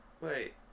wait